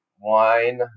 Wine